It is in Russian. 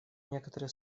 некоторые